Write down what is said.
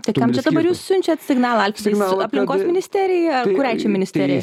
tai kam čia dabar jūs siunčiat signalą alfredai s aplinkos ministerijai a kuriai čia ministerijai